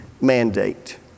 mandate